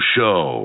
Show